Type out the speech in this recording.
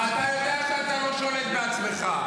אתה יודע שאתה לא שולט בעצמך.